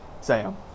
Sam